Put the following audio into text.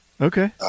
Okay